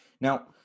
Now